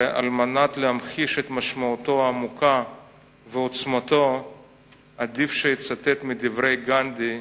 ועל מנת להמחיש את משמעותו העמוקה ועוצמתו עדיף שאצטט מדברי גנדי,